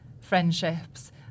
friendships